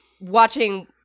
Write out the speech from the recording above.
watching